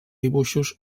dibuixos